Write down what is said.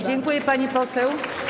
Dziękuję, pani poseł.